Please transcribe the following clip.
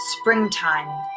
springtime